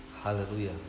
Hallelujah